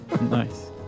Nice